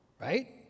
right